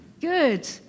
Good